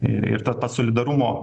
ir ir tas pats solidarumo